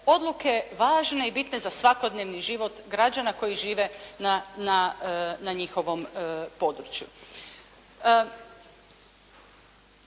odluke važne i bitne za svakodnevni život građana koji žive na njihovom području.